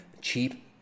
cheap